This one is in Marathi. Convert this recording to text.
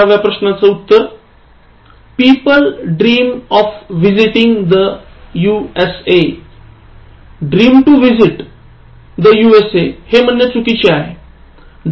११व्या प्रश्नच उत्तरpeople dream of visiting the USA dream to visit the USA हे म्हणणे चुकीचे आहे